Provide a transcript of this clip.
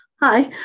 hi